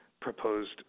proposed